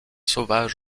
sauvage